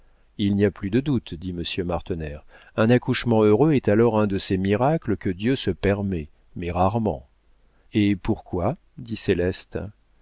il n'y a plus de doute dit monsieur martener un accouchement heureux est alors un de ces miracles que dieu se permet mais rarement et pourquoi dit céleste